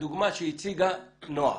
כדוגמא שהציגה נועה,